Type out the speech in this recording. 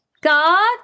God